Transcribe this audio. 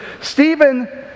Stephen